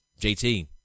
JT